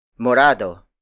Morado